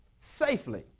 safely